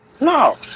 No